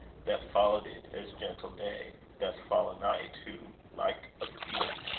that followed it as gentle day doth follow night, who, like a fiend,